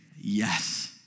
Yes